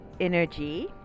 energy